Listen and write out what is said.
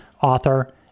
author